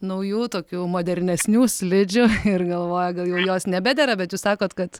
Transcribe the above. naujų tokių modernesnių slidžių ir galvoja gal jau jos nebedera bet jūs sakot kad